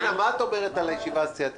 ירדנה, מה את אומרת על הישיבה הסיעתית?